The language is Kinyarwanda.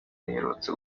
riherutse